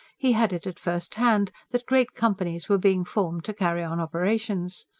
he had it at first hand that great companies were being formed to carry on operations.